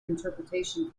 interpretation